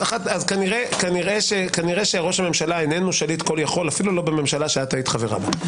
כנראה ראש הממשלה אינו שליט כל יכול אפילו בממשלה שהית חברה בה.